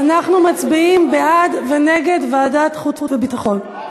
אנחנו מצביעים בעד ונגד ועדת חוץ וביטחון.